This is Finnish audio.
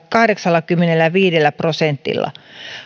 kahdeksallakymmenelläviidellä prosentilla